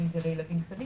בין אם זה לילדים קטנים.